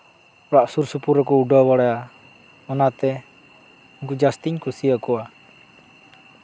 ᱚᱲᱟᱜ ᱥᱩᱨ ᱥᱩᱯᱩᱨ ᱨᱮᱠᱚ ᱩᱰᱟᱹᱣ ᱵᱟᱲᱟᱭᱟ ᱚᱱᱟᱛᱮ ᱩᱱᱠᱩ ᱡᱟᱹᱥᱛᱤᱧ ᱠᱩᱥᱤᱭᱟᱠᱚᱣᱟ